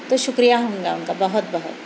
تو شُکریہ ہوں گا اُن کا بہت بہت